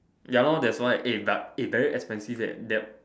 ya lor that's why eh but eh very expensive eh that